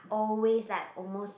always like almost